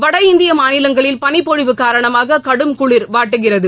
வடஇந்திய மாநிலங்களில் பளிப்பொழிவு காரணமாக கடும் குளிர் வாட்டுகிறது